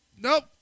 Nope